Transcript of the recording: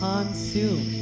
consume